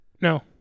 No